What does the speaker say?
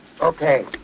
Okay